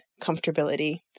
comfortability